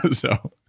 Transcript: but so.